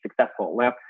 successful